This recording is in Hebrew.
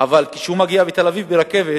כשהוא מגיע לתל-אביב ברכבת